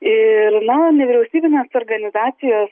ir na nevyriausybinės organizacijos